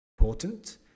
important